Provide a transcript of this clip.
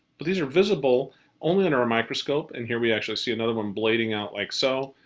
but these are visible only under a microscope. and here we actually see another one blading out like so.